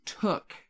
took